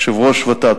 יושב-ראש ות"ת,